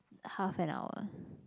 half an hour